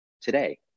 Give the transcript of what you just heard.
today